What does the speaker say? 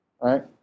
right